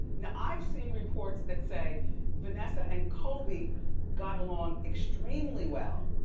now i've seen reports that say vanessa and kobe got along extremely well.